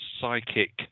psychic